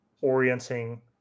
orienting